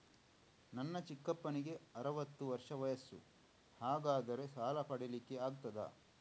ನನ್ನ ಚಿಕ್ಕಪ್ಪನಿಗೆ ಅರವತ್ತು ವರ್ಷ ವಯಸ್ಸು, ಹಾಗಾದರೆ ಸಾಲ ಪಡೆಲಿಕ್ಕೆ ಆಗ್ತದ?